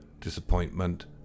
disappointment